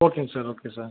ஓகேங்க sir okay sir